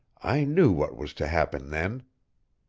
i knew what was to happen then.